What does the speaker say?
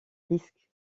risques